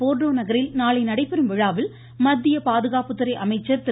Porto நகரில் நாளை நடைபெறும் விழாவில் மத்திய பாதுகாப்புத்துறை அமைச்சர் திரு